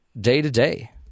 day-to-day